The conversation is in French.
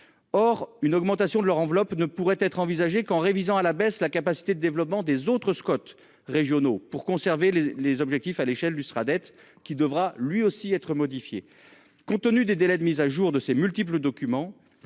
Or, une augmentation de leur enveloppe ne pourrait être envisagée qu'en révisant à la baisse la capacité de développement des autres Scott régionaux pour conserver les les objectifs à l'échelle du sera Fradette qui devra lui aussi être modifié compte tenu des délais de mise à jour de ses multiples documents,